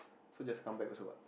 so just come back also what